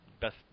best